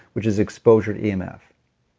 which is exposure to emf.